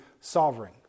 sovereign